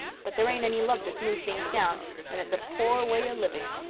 but there ain't any love to smooth things down and it's a poor way of living.